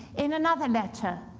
in another letter,